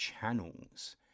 channels